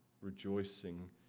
rejoicing